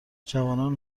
جوانان